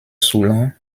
soulan